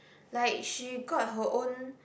like she got her own